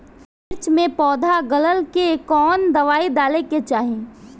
मिर्च मे पौध गलन के कवन दवाई डाले के चाही?